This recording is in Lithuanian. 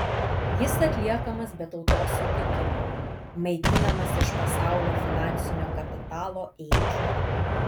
jis atliekamas be tautos sutikimo maitinamas iš pasaulio finansinio kapitalo ėdžių